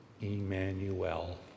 Emmanuel